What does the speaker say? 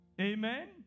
amen